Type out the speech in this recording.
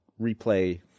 replay